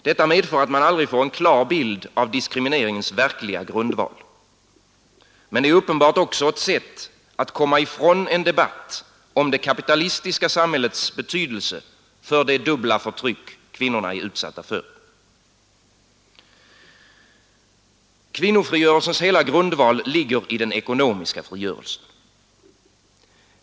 Detta medför att man aldrig får en klar bild av diskrimineringens verkliga grundval. Men det är uppenbart också ett sätt att komma ifrån en debatt om det kapitalistiska samhällets betydelse för det dubbla förtryck som kvinnorna är utsatta för. Kvinnofrigörelsens hela grundval ligger i den ekonomiska frigörelsen.